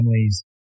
families